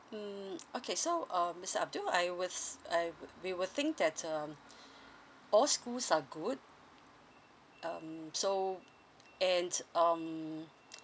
mm okay so um mister adbul I was I we were think that um all schools are good um so and um